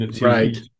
Right